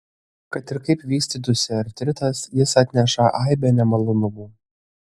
kad ir kaip vystytųsi artritas jis atneša aibę nemalonumų